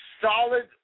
solid